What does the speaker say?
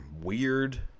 weird